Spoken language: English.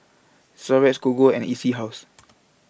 Xorex Gogo and E C House